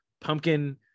pumpkin